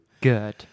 Good